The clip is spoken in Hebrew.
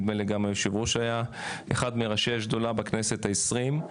ונדמה לי שגם היושב-ראש היה אחד מראשי השדולה בכנסת העשרים.